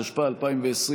התשפ"א 2020,